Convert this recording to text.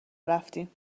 رفتیم